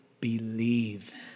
believe